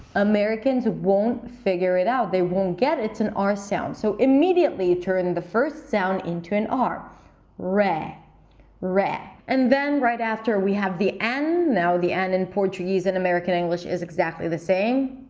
americans won't figure it out. they won't get it's an r sound, so immediately turn the first sound into an r re re and then right after we have the n. now the n in portuguese and american english is exactly the same,